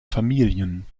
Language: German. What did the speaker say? familien